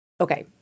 Okay